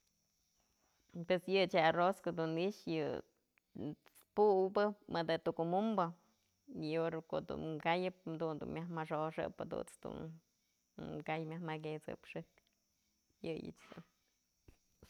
Pues yë je arroskë dun i'ixë yë pup'pë, mëdë tukumumpë y ahora ko'o dun kayëp dun du myaj mëxoxëp jadut's dun kay myaj mëkesëp xëjk yëyë.